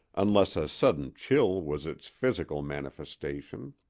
unless a sudden chill was its physical manifestation.